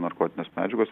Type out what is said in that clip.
narkotinės medžiagos